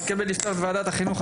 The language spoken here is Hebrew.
אני מתכבד לפתוח את ועדת החינוך,